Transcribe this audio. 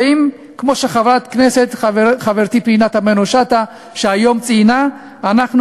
וכמו שחברת הכנסת חברתי פנינה תמנו-שטה ציינה היום,